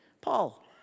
Paul